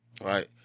Right